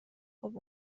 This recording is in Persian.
خوب